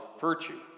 virtue